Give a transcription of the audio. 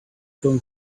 going